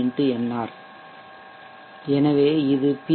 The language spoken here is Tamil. nr எனவே இது பி